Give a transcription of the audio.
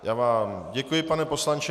Já vám děkuji, pane poslanče.